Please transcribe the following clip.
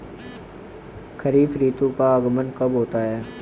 खरीफ ऋतु का आगमन कब होता है?